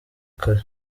kare